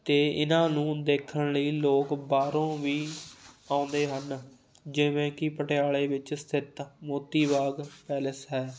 ਅਤੇ ਇਹਨਾਂ ਨੂੰ ਦੇਖਣ ਲਈ ਲੋਕ ਬਾਹਰੋਂ ਵੀ ਆਉਂਦੇ ਹਨ ਜਿਵੇਂ ਕਿ ਪਟਿਆਲੇ ਵਿੱਚ ਸਥਿਤ ਮੋਤੀ ਬਾਗ ਪੈਲਸ ਹੈ